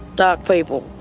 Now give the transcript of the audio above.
dark people,